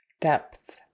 depth